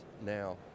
now